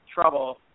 trouble